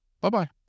Bye-bye